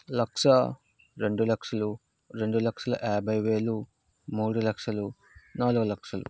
లక్ష రెండు లక్షలు రెండు లక్షల యాభై వేలు మూడు లక్షలు నాలుగు లక్షలు